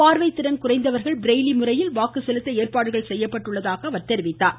பார்வை திறன் குறைந்தவர்கள் பிரெய்லி முறையில் வாக்கு செலுத்த ஏற்பாடுகள் செய்யப்பட்டுள்ளதாகவம் அவர் கூறினார்